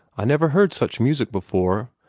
i never heard such music before.